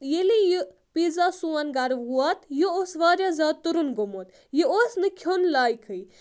ییٚلے یہِ پیٖزا سون گَرٕ ووت یہِ اوس واریاہ زیادٕ تُرُن گوٚمُت یہِ اوس نہٕ کھیٚون لایکٕھے